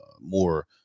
more